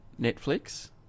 Netflix